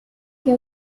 che